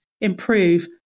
improve